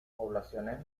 poblaciones